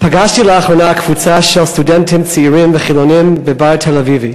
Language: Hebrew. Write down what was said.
פגשתי לאחרונה קבוצה של סטודנטים צעירים חילונים בבר תל-אביבי,